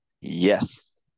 Yes